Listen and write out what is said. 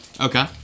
Okay